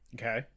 Okay